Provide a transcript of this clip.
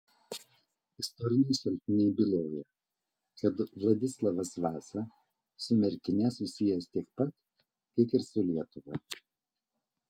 istoriniai šaltiniai byloja kad vladislovas vaza su merkine susijęs tiek pat kiek ir su lietuva